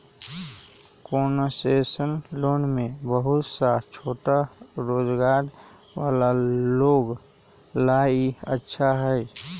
concessional loan में बहुत सा छोटा रोजगार वाला लोग ला ई अच्छा हई